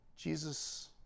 Jesus